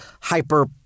hyper